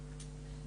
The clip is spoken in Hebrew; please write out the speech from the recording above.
אורית.